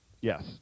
Yes